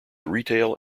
retail